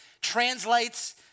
translates